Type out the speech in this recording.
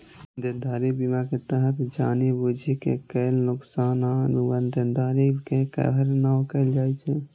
देनदारी बीमा के तहत जानि बूझि के कैल नोकसान आ अनुबंध देनदारी के कवर नै कैल जाइ छै